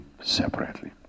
separately